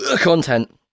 content